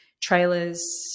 Trailers